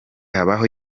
habaho